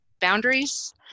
boundaries